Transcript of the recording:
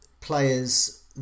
players